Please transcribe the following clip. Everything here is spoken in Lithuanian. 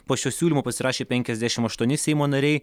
po šio siūlymo pasirašė penkiasdešimt aštuoni seimo nariai